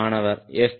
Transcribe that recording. மாணவர் எஃப்